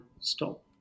stop